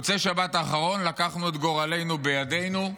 במוצאי שבת האחרונה לקחנו את גורלנו בידינו,